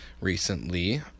recently